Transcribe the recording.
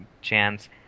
chance